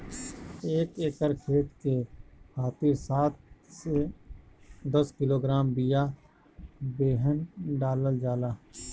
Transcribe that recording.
एक एकर खेत के खातिर सात से दस किलोग्राम बिया बेहन डालल जाला?